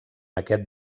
aquest